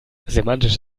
semantisch